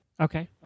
Okay